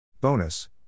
Bonus